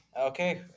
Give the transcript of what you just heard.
Okay